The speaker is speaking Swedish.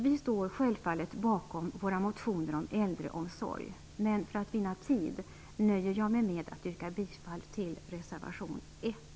Vi står självfallet bakom våra motioner om äldreomsorg, men för att vinna tid nöjer jag mig med att yrka bifall till reservation 1.